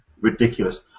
ridiculous